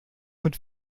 mit